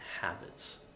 habits